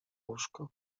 łóżko